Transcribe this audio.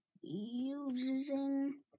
using